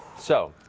so,